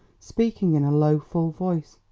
speaking in a low full voice.